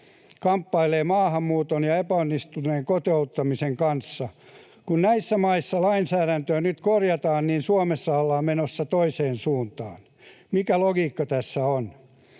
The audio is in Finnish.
kamppailee maahanmuuton ja epäonnistuneen kotouttamisen kanssa. Kun näissä maissa lainsäädäntöä nyt korjataan, Suomessa ollaan menossa toiseen suuntaan. Mikä logiikka tässä on?